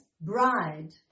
bride